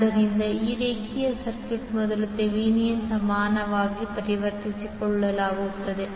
ಆದ್ದರಿಂದ ಈ ರೇಖೀಯ ಸರ್ಕ್ಯೂಟ್ ಮೊದಲು ಥೆವೆನಿನ್ ಸಮಾನವಾಗಿ ಪರಿವರ್ತನೆಗೊಳ್ಳುತ್ತದೆ